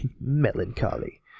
Melancholy